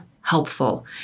helpful